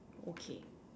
okay